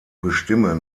bestimmen